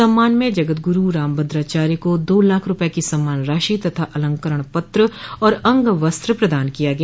सम्मान में जगत गुरू रामभद्राचार्य को दो लाख रूपये की सम्मान राशि तथा अलंकरण पत्र और अंग वस्त्र प्रदान किया गया